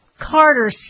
Carter